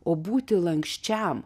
o būti lanksčiam